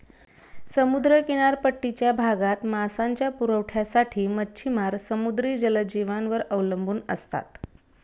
समुद्र किनारपट्टीच्या भागात मांसाच्या पुरवठ्यासाठी मच्छिमार समुद्री जलजीवांवर अवलंबून असतात